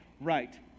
right